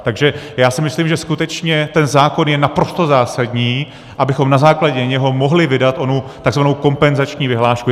Takže já si myslím, že skutečně ten zákon je naprosto zásadní, abychom na jeho základě mohli vydat onu tzv. kompenzační vyhlášku.